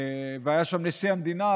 והיה שם נשיא המדינה,